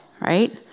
right